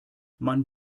man